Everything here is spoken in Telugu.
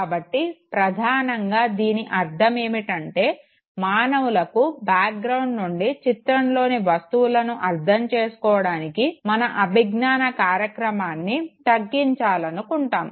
కాబట్టి ప్రధానంగా దీని అర్ధం ఏమిటంటే మానవులకు బ్యాక్ గ్రౌండ్ నుండి చిత్రంలోని వస్తువులను అర్ధం చేసుకోవడానికి మన అభిజ్ఞాన కార్యక్రమాన్ని తగ్గించాలనుకుంటాము